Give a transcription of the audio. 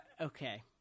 Okay